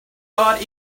got